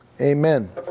Amen